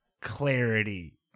clarity